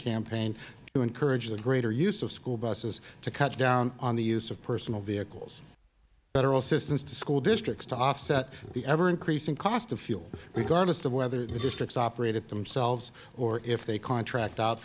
campaign to encourage the greater use of school buses to cut down on the use of personal vehicles federal assistance to school districts to offset the ever increasing cost of fuel regardless of whether the districts operate it themselves or if they contract out